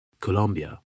Colombia